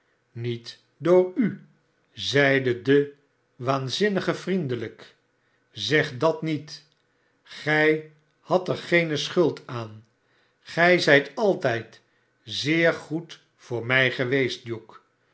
niet door u zeide de waanzinnige vriendelijk zeg dat niet gij hadt er geene schuld aan gij zijt altijd zeer goed voor mij geweest